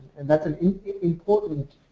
and thatis an important